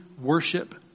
worship